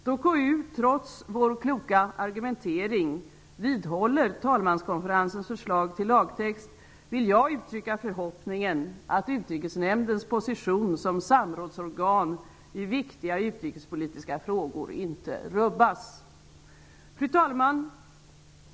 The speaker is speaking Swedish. Då KU trots vår kloka argumentering vidhåller talmanskonferensens förslag till lagtext vill jag uttrycka förhoppningen att Utrikesnämndens position som samrådsorgan i viktiga utrikespolitiska frågor inte rubbas. Fru talman!